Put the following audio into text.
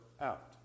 out